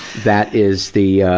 that is the,